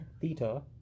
theta